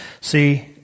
See